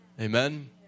Amen